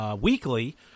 weekly